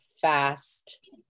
fast